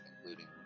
including